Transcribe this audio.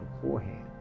beforehand